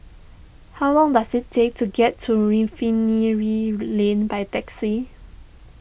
how long does it take to get to Refinery Lane by taxi